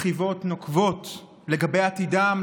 מכאיבות ונוקבות לגבי עתידם,